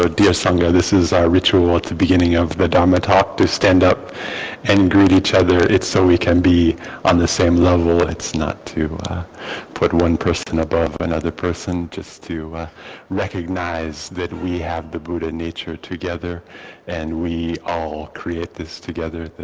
ah dear sangha this is our ritual at the beginning of the dharma talk to stand up and greet each other. it's so we can be on the same level. it's not to put one person above another person. but just to recognize that we have the buddha nature together and we all create this together,